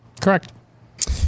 correct